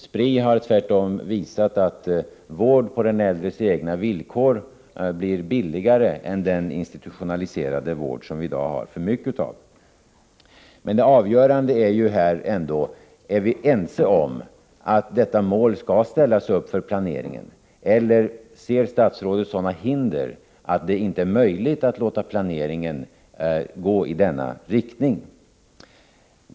Spri har tvärtom visat att vård på de äldres egna villkor blir billigare än den institutionaliserade vård som vi i dag har för mycket av. Det avgörande är emellertid om vi är ense om att detta mål skall ställas upp för planeringen — eller ser statsrådet sådana hinder som gör att det inte skulle vara möjligt att låta planeringen gå i denna riktning?